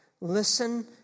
Listen